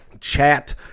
chat